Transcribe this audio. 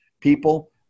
people